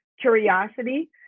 curiosity